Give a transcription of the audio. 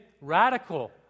radical